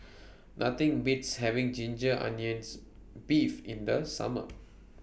Nothing Beats having Ginger Onions Beef in The Summer